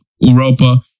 Europa